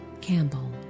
Campbell